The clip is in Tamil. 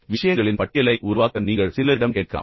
விஷயங்களின் பட்டியலை உருவாக்க நீங்கள் சிலரிடம் கேட்கலாம்